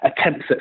attempts